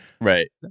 Right